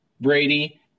Brady